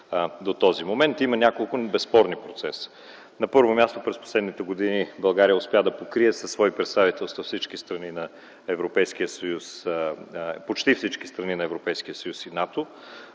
до този момент. Има няколко безспорни процеса. На първо място, през последните години България успя да покрие със свои представителства почти всички страни на Европейския съюз и НАТО,